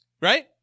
right